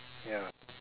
ya